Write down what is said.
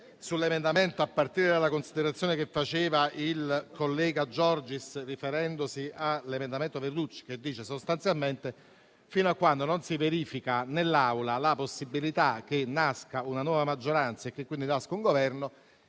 sull'emendamento, a partire dalla considerazione che ha fatto il collega Giorgis riferendosi all'emendamento Verducci, che dice sostanzialmente che, fino a quando non si verifica nell'Aula la possibilità che nasca una nuova maggioranza e quindi nasca un Governo,